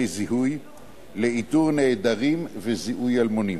זיהוי לאיתור נעדרים ולזיהוי אלמונים,